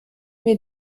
mir